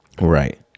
Right